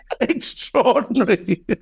Extraordinary